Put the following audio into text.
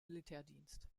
militärdienst